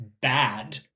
bad